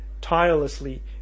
tirelessly